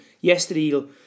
yesterday